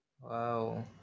Wow